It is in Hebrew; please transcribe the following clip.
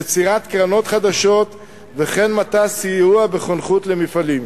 יצירת קרנות חדשות וכן מתן סיוע בחונכות למפעלים